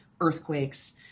earthquakes